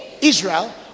israel